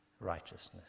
righteousness